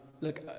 look